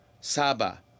Saba